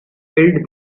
filled